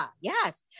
yes